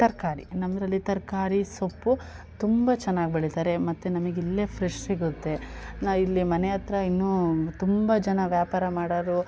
ತರಕಾರಿ ನಮ್ಮದ್ರಲ್ಲಿ ತರಕಾರಿ ಸೊಪ್ಪು ತುಂಬ ಚೆನ್ನಾಗಿ ಬೆಳೀತಾರೆ ಮತ್ತು ನಮಗಿಲ್ಲೇ ಫ್ರೆಶ್ ಸಿಗುತ್ತೆ ನಾ ಇಲ್ಲಿ ಮನೆ ಹತ್ರ ಇನ್ನೂ ತುಂಬ ಜನ ವ್ಯಾಪಾರ ಮಾಡೋರು